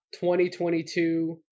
2022